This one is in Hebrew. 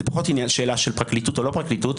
זה פחות שאלה של פרקליטות או לא פרקליטות,